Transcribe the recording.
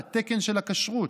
על התקן של הכשרות,